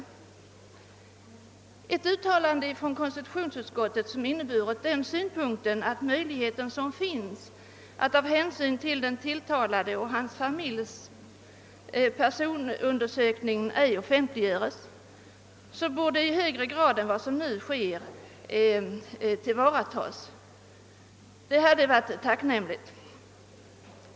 Det hade varit önskvärt med ett uttalande från utskottet med den innebörden, att möjligheten att inte offentliggöra personundersökning av hänsyn till den åtalade och hans familj i högre grad än som nu sker borde tillvaratas.